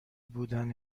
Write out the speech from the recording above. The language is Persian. بودن